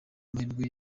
amahirwe